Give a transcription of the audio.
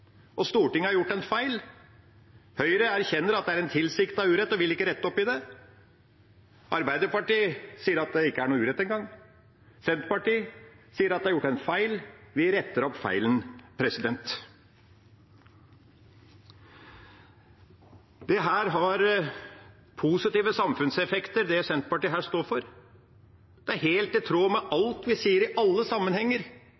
Og Stortinget har gjort en feil. Høyre erkjenner at det er en tilsiktet urett og vil ikke rette opp i det. Arbeiderpartiet sier at det ikke er noen urett engang. Senterpartiet sier at det er gjort en feil – vi retter opp feilen. Det Senterpartiet her står for, har positive samfunnseffekter. Det er helt i tråd med alt vi sier i